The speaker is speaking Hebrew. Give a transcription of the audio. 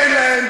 תן להם.